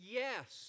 yes